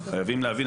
חייבים להבין.